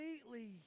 completely